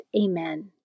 Amen